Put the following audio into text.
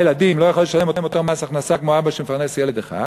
ילדים לא יכול לשלם אותו מס הכנסה כמו אבא שמפרנס ילד אחד,